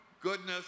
goodness